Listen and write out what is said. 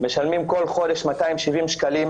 שתשאלו את עצמכם לאחר מכן האם התשובה שקיבלתם מספקת.